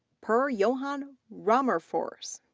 per johan wrammerfors,